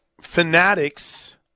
Fanatics